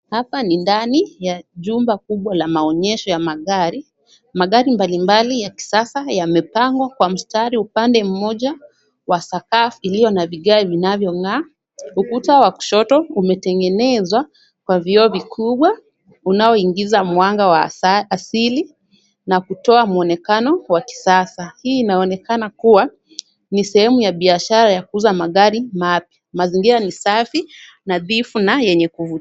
Hapa ni ndani ya jumba kubwa la maonyesho ya magari. Magari mbalimbali ya kisasa yamepangwa kwa mistari. Upande moja wa sakafu ilio na vigae vinavyong'aa. Ukuta wa kushoto umetengenezwa kwa vioo vikubwa unaoingiza mwanga wa asili na kutoa muonekano kwa kisasa. Hii unaonekana kuwa ni sehemu ya biashara ya kuuza magari. Mazingira ni safi nadhifu na yenye kuvutia.